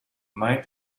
mind